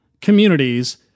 communities